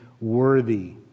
worthy